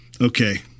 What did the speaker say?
okay